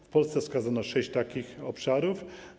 W Polsce wskazano sześć takich obszarów.